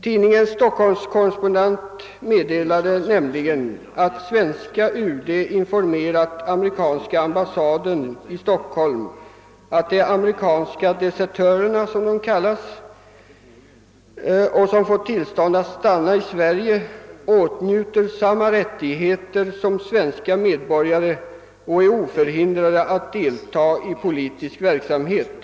Tidningens stockholmskorrespondent meddelade nämligen att svenska UD informerat amerikanska ambassaden i Stockholm att de amerikanska desertörerna, som de kallas, och som fått tillstånd att få stanna i Sverige, åtnjuter samma rättigheter som svenska medborgare och är oförhindrade att delta i politisk verksamhet.